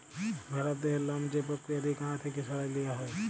ভেড়ার দেহের লম যে পক্রিয়া দিঁয়ে গা থ্যাইকে সরাঁয় লিয়া হ্যয়